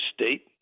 state